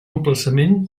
emplaçament